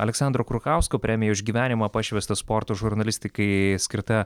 aleksandro krukausko premija už gyvenimą pašvęstą sporto žurnalistikai skirta